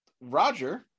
Roger